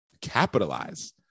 capitalize